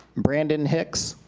brandon hicks.